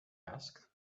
asked